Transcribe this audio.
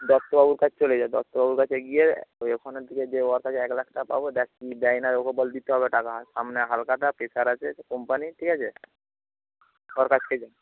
দত্ত বাবুর কাছে চলে যা দত্ত বাবুর কাছে গিয়ে ওই ওখানে দিয়ে দে উয়ার কাছে এক লাখ টাকা পাব দেখ কি দেয় না দেয় ওকে বলবি দিতে হবে টাকা সামনে হালখাতা প্রেশার আছে এটা কোম্পানি ঠিক আছে সরকার থেকে